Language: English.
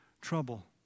trouble